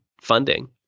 funding